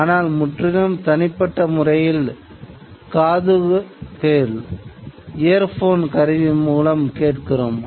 ஆனால் முற்றிலும் தனிப்பட்ட முறையில் காதுகேள் கருவி மூலம் கேட்கிறோம்